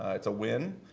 it's a win.